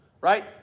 right